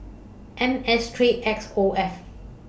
M S three X O F